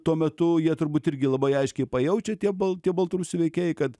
tuo metu jie turbūt irgi labai aiškiai pajaučia tie balt tie baltarusių veikėjai kad